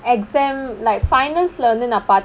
exam like finals வந்து நான்:vanthu naan